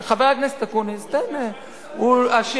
הוא, חבר הכנסת אקוניס, תן, הוא לא באשמת ישראל.